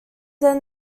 then